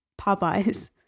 Popeyes